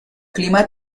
clima